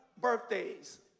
Birthdays